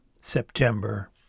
September